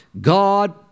God